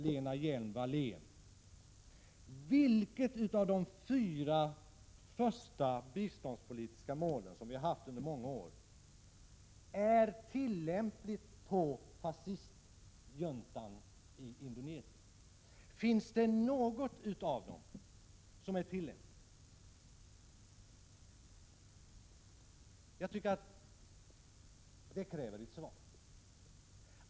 Lena Hjelm-Wallén, tala om för mig vilket av de fyra första biståndspolitiska målen som vi har haft under många år som är tillämpligt på fascistjuntan i Indonesien. Är det något av dem som är tillämpligt? Jag tycker att den frågan kräver ett svar.